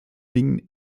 dingen